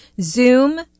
Zoom